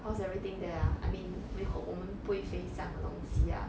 how's everything there ah I mean we hope 我们不会 face 这样的东西啊